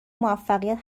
موفقیت